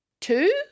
two